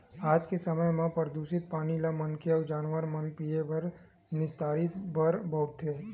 आज के समे म परदूसित पानी ल मनखे अउ जानवर मन ह पीए बर, निस्तारी बर बउरथे